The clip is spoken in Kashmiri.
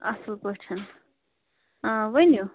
اَصٕل پٲٹھۍ ؤنِو